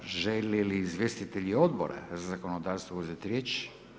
Žele li izvjestitelji Odbora za zakonodavstvo uzeti riječ?